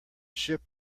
ship